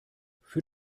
für